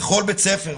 בכל בית ספר,